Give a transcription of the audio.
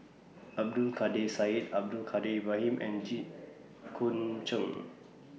Abdul Kadir Syed Abdul Kadir Ibrahim and Jit Koon Ch'ng